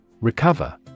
Recover